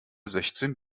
sechzehn